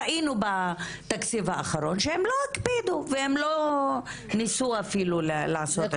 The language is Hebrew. ראינו בתקציב האחרון שהם לא הקפידו והם לא ניסו אפילו לעשות את זה.